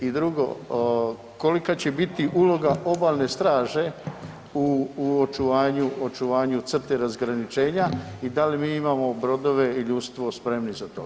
I drugo, kolika će bit uloga obalne straže u, u očuvanju, očuvanju crte razgraničenja i da li mi imamo brodove i ljudstvo spremni za to?